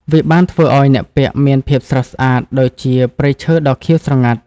វាបានធ្វើឱ្យអ្នកពាក់មានភាពស្រស់ស្អាតដូចជាព្រៃឈើដ៏ខៀវស្រងាត់។